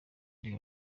ari